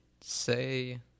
say